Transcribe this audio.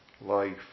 life